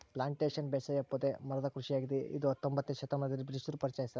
plantation ಬೇಸಾಯ ಪೊದೆ ಮರದ ಕೃಷಿಯಾಗಿದೆ ಇದ ಹತ್ತೊಂಬೊತ್ನೆ ಶತಮಾನದಲ್ಲಿ ಬ್ರಿಟಿಷರು ಪರಿಚಯಿಸ್ಯಾರ